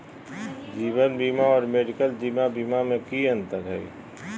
जीवन बीमा और मेडिकल जीवन बीमा में की अंतर है?